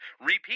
Repeat